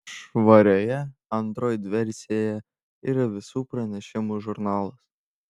švarioje android versijoje yra visų pranešimų žurnalas